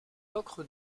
ocre